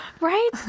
right